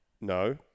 No